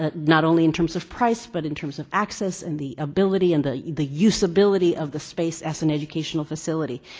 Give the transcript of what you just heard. ah not only in terms of price but in terms of access and the ability and the the usability of the space as an educational facility.